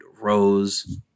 Rose